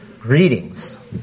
Greetings